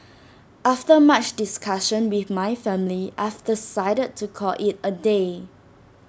after much discussion with my family I've decided to call IT A day